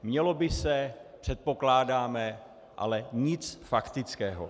Mělo by se, předpokládáme, ale nic faktického.